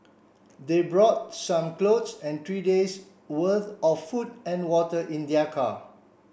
they brought some clothes and three day's worth of food and water in their car